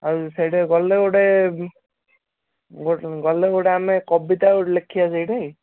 ଆଉ ସେଇଠି ଗଲେ ଗୋଟେ ଗଲେ ଗୋଟେ ଆମେ କବିତା ଗୋଟେ ଲେଖିବା ସେଇଠି